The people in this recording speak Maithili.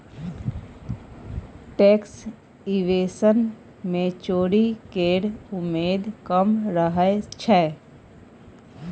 टैक्स इवेशन मे चोरी केर उमेद कम रहय छै